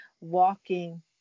walking